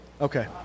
Okay